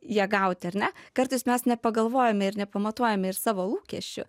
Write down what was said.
ją gauti ar ne kartais mes nepagalvojame ir nepamatuojame ir savo lūkesčių